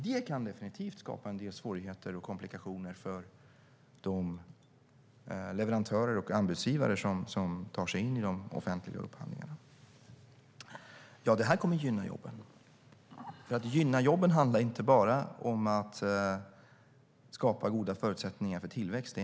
Det kan definitivt skapa svårigheter och komplikationer för de leverantörer och anbudsgivare som tar sig in i de offentliga upphandlingarna. Ja, detta kommer att gynna jobben. Att gynna jobben handlar inte bara om att skapa goda förutsättningar för tillväxt.